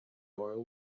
oil